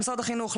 למשרד החינוך,